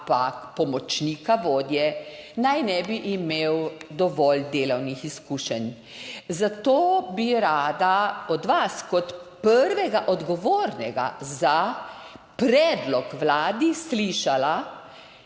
ampak pomočnika vodje, naj ne bi imel dovolj delovnih izkušenj. Zato bi rada od vas kot prvega odgovornega za predlog Vladi slišala: